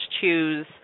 choose